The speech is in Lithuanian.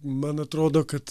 man atrodo kad